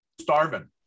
starving